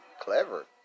clever